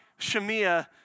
Shemiah